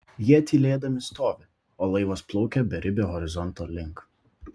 jie tylėdami stovi o laivas plaukia beribio horizonto link